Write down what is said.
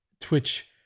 Twitch